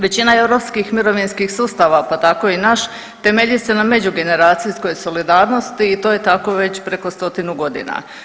Većina europskih mirovinskih sustava, pa tako i naš temelji se na međugeneracijskoj solidarnosti i to je tako već preko stotinu godina.